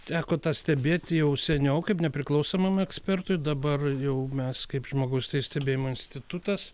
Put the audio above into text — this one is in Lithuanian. teko stebėti jau seniau kaip nepriklausomam ekspertui dabar jau mes kaip žmogaus teis stebėjimo institutas